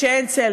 כשאין צל.